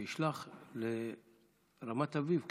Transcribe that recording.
שישלח לרמת אביב קצת.